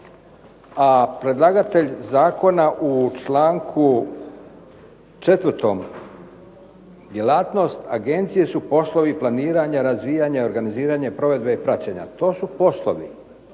a predlagatelj zakona u čl. 4. djelatnost agencije su poslovi planiranja, razvijanja, organiziranja, provedbe i praćenja. To su poslovi,